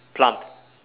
plum